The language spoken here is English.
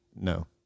No